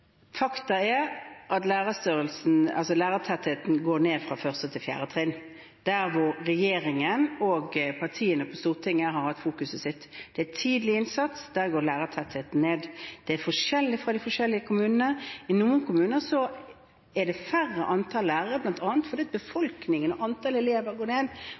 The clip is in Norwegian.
at lærertettheten går ned fra 1.–4. trinn, der hvor regjeringen og partiene på Stortinget har hatt sitt fokus. Der det er tidlig innsats, går lærertettheten ned. Det er forskjellig i de ulike kommunene. I noen kommuner er det færre lærere, bl.a. fordi befolkningen og antall elever går ned,